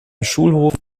schulhof